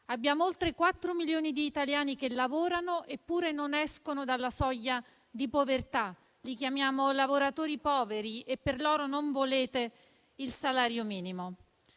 Abbiamo oltre 4 milioni di italiani che lavorano, eppure non escono dalla soglia di povertà; li chiamiamo lavoratori poveri e per loro non volete il salario minimo.